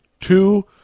two